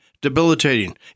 debilitating